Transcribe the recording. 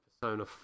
Persona